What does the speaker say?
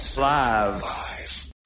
Live